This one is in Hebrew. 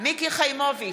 מיקי חיימוביץ'